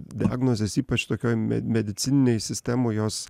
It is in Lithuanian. diagnozės ypač tokioj me medicininėj sistemoj jos